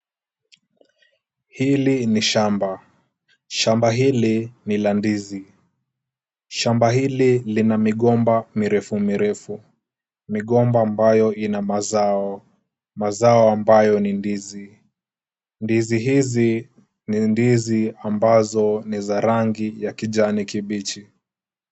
Hili ni shamba, shamba hili nila ndizi. Shamba hili lina migomba. Migomba mirefu mirefu. Migomba yenyewe ina mazao, mazao ambayo ni ndizi, ndizi ambazo ni za rangi ya kijani kibichi.